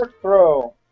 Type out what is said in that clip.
throw